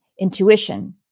Intuition